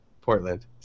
Portland